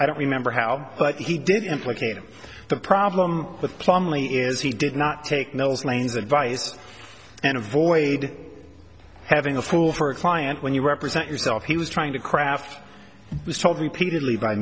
i don't remember how but he did implicate them the problem with plumlee is he did not take notice lane's advice and avoid having a fool for a client when you represent yourself he was trying to craft was told repeatedly by